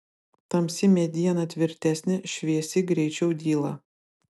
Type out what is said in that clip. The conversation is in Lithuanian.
tamsi mediena tvirtesnė šviesi greičiau dyla